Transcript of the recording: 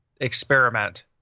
experiment